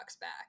back